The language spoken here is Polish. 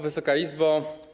Wysoka Izbo!